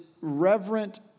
reverent